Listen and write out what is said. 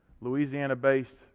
Louisiana-based